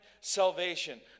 salvation